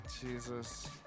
Jesus